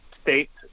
states